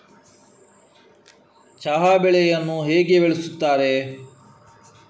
ಚಹಾ ಬೆಳೆಯನ್ನು ಹೇಗೆ ಬೆಳೆಯುತ್ತಾರೆ?